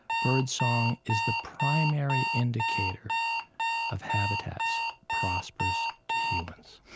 birdsong is the primary indicator of habitats prosperous to humans.